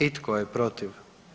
I tko je protiv?